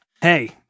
Hey